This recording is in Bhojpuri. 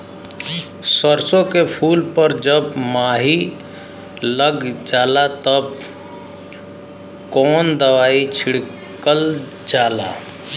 सरसो के फूल पर जब माहो लग जाला तब कवन दवाई छिड़कल जाला?